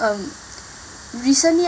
um recently